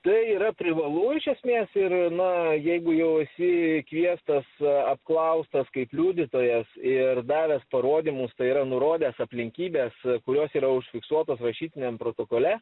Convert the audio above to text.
tai yra privalu iš esmės ir na jeigu jau esi kviestas apklaustas kaip liudytojas ir davęs parodymus tai yra nurodęs aplinkybes kurios yra užfiksuotos rašytiniam protokole